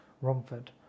Romford